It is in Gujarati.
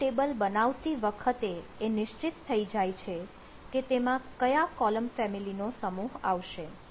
કોઈ ટેબલ બનાવતી વખતે એ નિશ્ચિત થઈ જાય છે કે તેમાં કયા કોલમ ફેમિલીનો સમૂહ આવશે